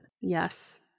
Yes